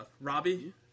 Robbie